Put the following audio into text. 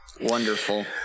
Wonderful